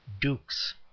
dukes